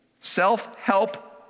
Self-help